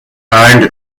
eins